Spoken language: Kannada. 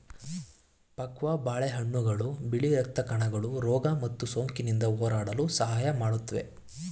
ಪಕ್ವ ಬಾಳೆಹಣ್ಣುಗಳು ಬಿಳಿ ರಕ್ತ ಕಣಗಳು ರೋಗ ಮತ್ತು ಸೋಂಕಿನಿಂದ ಹೋರಾಡಲು ಸಹಾಯ ಮಾಡುತ್ವೆ